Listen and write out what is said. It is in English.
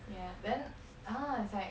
yeah then ah it's like